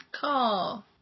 Call